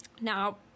now